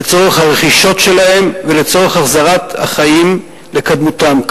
לצורך הרכישות שלהם ולצורך החזרת החיים לקדמותם.